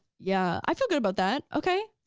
yeah. i feel good about that, okay.